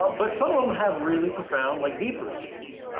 but some of them have really profound, like, deeper issues.